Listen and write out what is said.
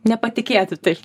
nepatikėtų taip